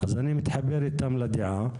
ואני מתחבר לדעה שלהם.